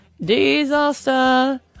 Disaster